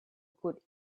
could